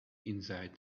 inside